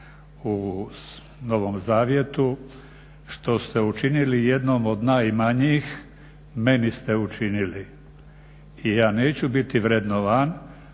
u Novom Zavjetu – što ste učinili jednom od najmanjih, meni ste učinili. I ja neću biti vrednovan